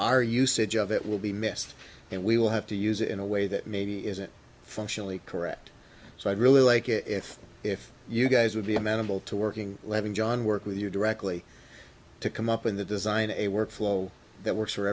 our usage of it will be missed and we will have to use it in a way that maybe isn't functionally correct so i'd really like it if if you guys would be amenable to working letting john work with you directly to come up in the design a workflow that works for